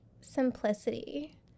simplicity